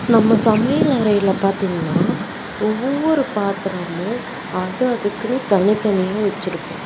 நம்ம சமையல் அறையில் பார்த்தீங்கன்னா ஒவ்வொரு பாத்திரமும் அது அதுக்குன்னு தனி தனியாக வெச்சுருப்போம்